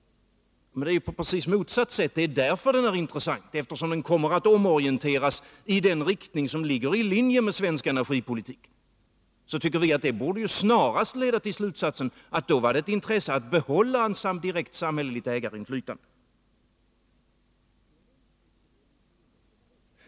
Men det förhåller sig ju precis på motsatt sätt. Det är intressant därför att verksamheten kommer att omorienteras i den riktning som ligger i linje med svensk energipolitik. Det tycker vi snarast borde leda till slutsatsen att det då är av intresse att behålla ett direkt samhälleligt ägarinflytande.